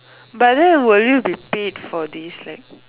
but then will you be paid for this like